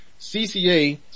CCA